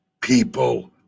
people